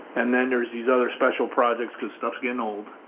and then there's these other special projects cause stuffs getting old.